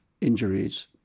injuries